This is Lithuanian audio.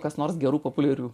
kas nors gerų populiarių